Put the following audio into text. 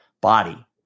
body